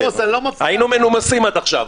היינו מנומסים עד עכשיו.